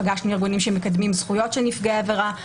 פגשנו ארגונים שמקדמים זכויות של נפגעי עבירה,